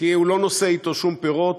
כי הוא לא נושא אתו שום פירות.